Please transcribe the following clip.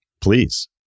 Please